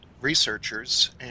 researchers